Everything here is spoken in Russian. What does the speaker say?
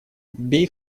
бей